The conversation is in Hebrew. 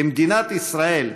למדינת ישראל,